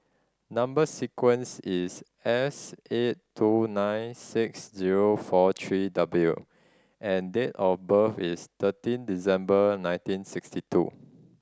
number sequence is S eight two nine six zero four three W and date of birth is thirteen December nineteen sixty two